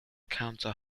council